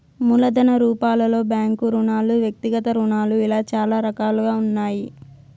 మూలధన రూపాలలో బ్యాంకు రుణాలు వ్యక్తిగత రుణాలు ఇలా చాలా రకాలుగా ఉన్నాయి